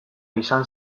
izan